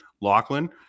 Lachlan